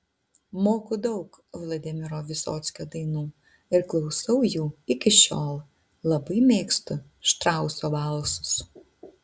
moku daug vladimiro vysockio dainų ir klausau jų iki šiol labai mėgstu štrauso valsus